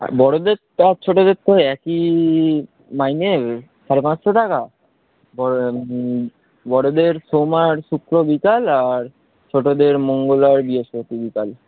আর বড়োদের আর ছোটোদের তো একই মাইনে সাড়ে পাঁচশো টাকা বড়োদের সোমবার শুক্র বিকাল আর ছোটোদের মঙ্গলবার বৃহস্পতি বিকাল